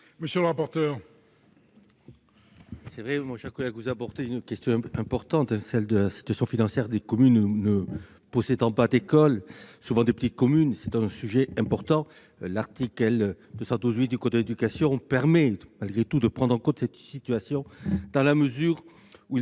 monsieur le rapporteur.